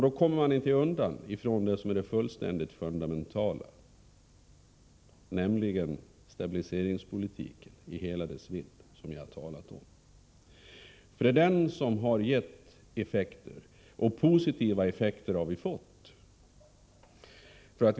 Då kommer man inte ifrån det som är det fullständigt fundamentala, nämligen stabiliseringspolitiken i hela dess vidd, vilken jag tidigare har berört. Det är den politiken som har gett effekter — vi har ju fått uppleva positiva effekter i det sammanhanget.